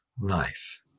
life